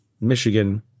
Michigan